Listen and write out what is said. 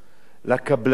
לקבלנים היום,